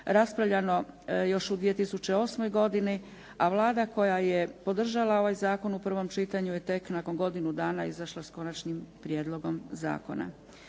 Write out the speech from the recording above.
raspravljano još u 2008. godini a Vlada koja je podržala ovaj zakon u prvom čitanju je tek nakon godinu dana izašla sa Konačnim prijedlogom zakona.